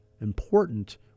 important